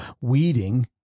weeding